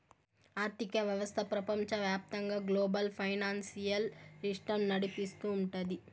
ఆర్థిక వ్యవస్థ ప్రపంచవ్యాప్తంగా గ్లోబల్ ఫైనాన్సియల్ సిస్టమ్ నడిపిస్తూ ఉంటది